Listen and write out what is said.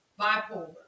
bipolar